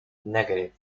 negative